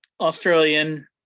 australian